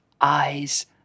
eyes